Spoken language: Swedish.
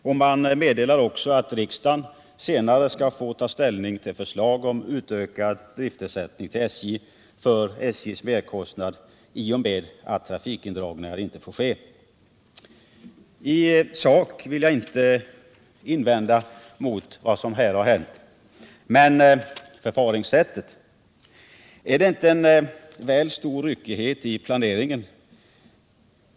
Regeringen meddelade också att riksdagen senare skall få ta ställning till ett förslag om en ökning av driftersättningen till SJ med anledning av SJ:s merkostnad till följd av att trafikindragningar inte får ske. I sak vill jag inte invända mot vad som här har hänt —- men mot förfaringssättet. Är det inte en väl stor ryckighet i planeringen?